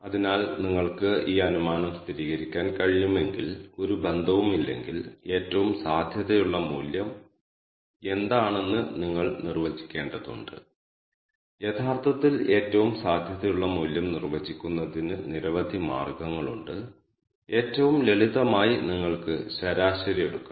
അതിനാൽ ട്രിപ്പ് വിശദാംശങ്ങളുടെ ഈ ഡാറ്റാ സെറ്റ് നമ്മൾക്ക് നൽകിയിട്ടുണ്ട് കൂടാതെ നമ്മൾ ട്രിപ്പുകളെ ക്ലസ്റ്ററുകളായി വേർതിരിക്കുകയും വേണം